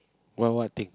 what what thing